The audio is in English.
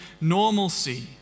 normalcy